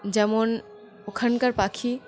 যেমন ওখানকার পাখি